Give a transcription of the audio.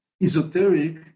esoteric